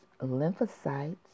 lymphocytes